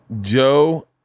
Joe